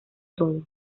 todo